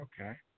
okay